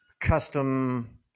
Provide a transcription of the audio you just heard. custom